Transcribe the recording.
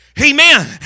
Amen